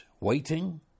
waiting